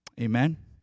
Amen